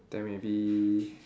then maybe